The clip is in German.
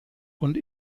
und